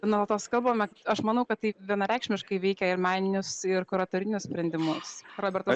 nuolatos kalbame aš manau kad tai vienareikšmiškai veikia ir meninius ir kuratorinius sprendimus robertas